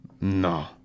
No